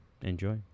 Enjoy